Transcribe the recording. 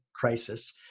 crisis